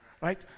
right